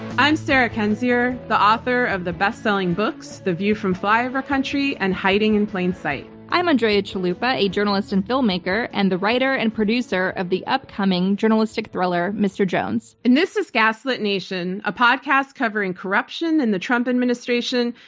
i'm sarah kendzior, the author of the best-selling books, the view from flyover country and hiding in plain sight. i'm andrea chalupa, a journalist and filmmaker and the writer and producer of the upcoming journalistic thriller, mr. jones. this is gaslit nation, a podcast covering corruption in the trump administration,